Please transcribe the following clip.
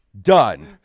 done